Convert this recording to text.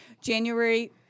January